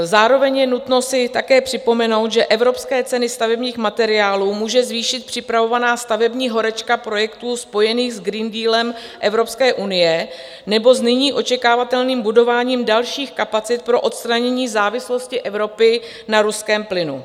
Zároveň je nutno si také připomenout, že evropské ceny stavebních materiálů může zvýšit připravovaná stavební horečka projektů spojených s Green Dealem Evropské unie nebo s nyní očekávatelným budováním dalších kapacit pro odstranění závislosti Evropy na ruském plynu.